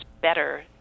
better